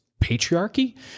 patriarchy